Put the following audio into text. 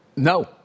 No